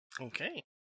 Okay